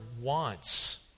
wants